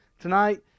tonight